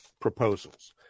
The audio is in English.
proposals